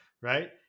right